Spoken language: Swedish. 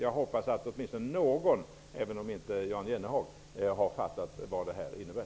Jag hoppas att åtminstone någon fattar vad detta innebär, även om inte Jan Jennehag gör det.